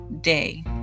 day